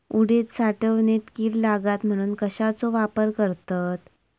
उडीद साठवणीत कीड लागात म्हणून कश्याचो वापर करतत?